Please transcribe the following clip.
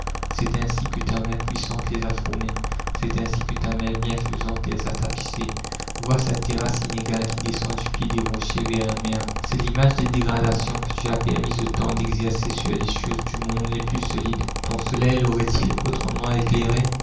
c'est ainsi que ta main puissante les a formés c'est ainsi que ta main bienfaisante les a tapissés vois cette terrasse inégale qui descend du pied des rochers vers la mer c'est l'image des dégradations que tu as permises au temps d'exercer sur les choses du monde les plus solides ton soleil l'aurait-il autrement éclairée